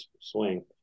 swing